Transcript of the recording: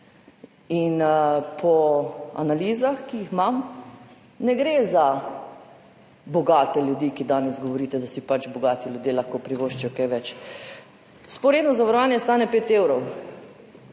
Po analizah, ki jih imam, ne gre za bogate ljudi, ker danes govorite, da si pač bogati ljudje lahko privoščijo kaj več. Vzporedno zavarovanje stane 5 evrov